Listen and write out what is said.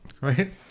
right